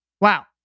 Wow